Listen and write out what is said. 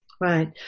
right